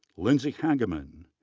lindsey hageman,